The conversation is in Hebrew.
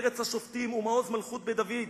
ארץ השופטים ומעוז מלכות בית דוד.